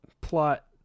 plot